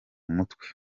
mutwe